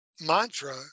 mantra